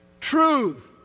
Truth